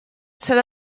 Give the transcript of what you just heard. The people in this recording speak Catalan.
serà